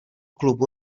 klubu